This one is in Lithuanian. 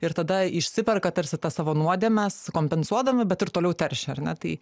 ir tada išsiperka tarsi tą savo nuodėmes kompensuodama bet ir toliau teršia ar ne